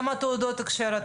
כמה תעודות הכשר אתה